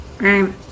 right